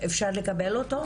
אפשר לקבל אותו?